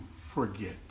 forget